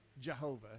Jehovah